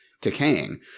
decaying